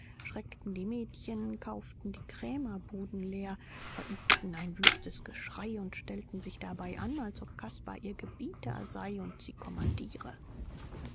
schreckten die mädchen kauften die krämerbuden leer verübten ein wüstes geschrei und stellten sich dabei an als ob caspar ihr gebieter sei und sie kommandiere